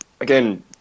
again